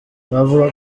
bavuga